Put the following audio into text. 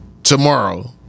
Tomorrow